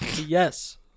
Yes